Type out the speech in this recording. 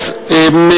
מי